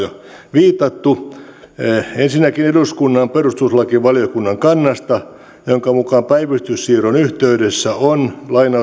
viitattu ensinnäkin eduskunnan perustuslakivaliokunnan kannasta jonka mukaan päivystyssiirron yhteydessä on